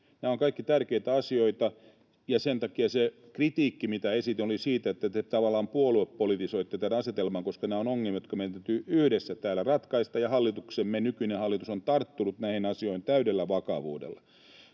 Nämä ovat kaikki tärkeitä asioita, ja sen takia se kritiikki, mitä esitin, oli siitä, että te tavallaan puoluepolitisoitte tämän asetelman, koska nämä ovat ongelmia, jotka meidän täytyy yhdessä täällä ratkaista, ja hallituksemme, nykyinen hallitus, on tarttunut näihin asioihin täydellä vakavuudella.